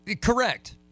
correct